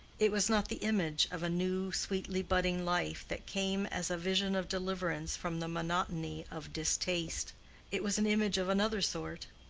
it was not the image of a new sweetly-budding life that came as a vision of deliverance from the monotony of distaste it was an image of another sort.